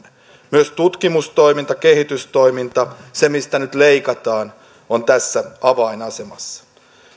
myös tutkimustoiminta kehitystoiminta se mistä nyt leikataan on tässä avainasemassa